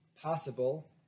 possible